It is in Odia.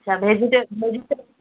ଆଚ୍ଛା ଭେଜିଟେବୁଲ୍